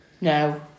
No